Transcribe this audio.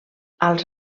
als